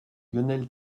lionel